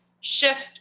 shift